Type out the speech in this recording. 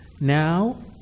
now